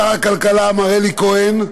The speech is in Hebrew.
לשר הכלכלה, מר אלי כהן,